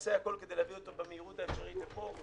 נעשה הכול כדי להביא אותו במהירות האפשרית לפה.